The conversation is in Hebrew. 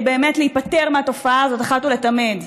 באמת להיפטר מהתופעה הזאת אחת ולתמיד.